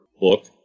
book